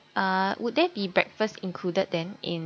uh would there be breakfast included then in